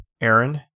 Aaron